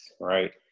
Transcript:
right